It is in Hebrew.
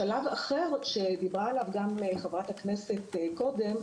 שלב אחר שדיברה עליו גם חברת הכנסת קודם,